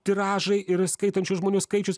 tiražai ir skaitančių žmonių skaičius